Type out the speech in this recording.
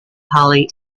holly